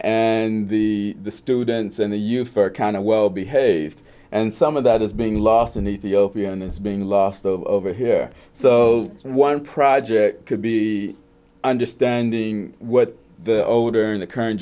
and the students and the youth are kind of well behaved and some of that is being lost in ethiopian is being lost over here so one project could be understanding what the older in the current